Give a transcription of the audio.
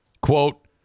Quote